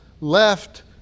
left